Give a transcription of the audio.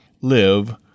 Live